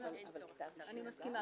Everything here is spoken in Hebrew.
סכנה ממשית או חשש ממשי?